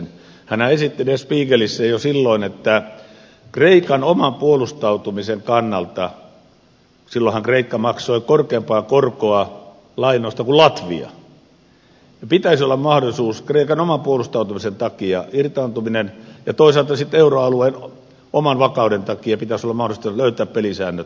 hänhän esitti der spiegelissä jo silloin että kreikan oman puolustautumisen kannalta silloinhan kreikka maksoi korkeampaa korkoa lainoista kuin latvia pitäisi olla mahdollisuus irtautumiseen ja toisaalta sitten euroalueen oman vakauden takia pitäisi olla mahdollista löytää pelisäännöt